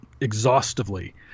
exhaustively